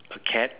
a cat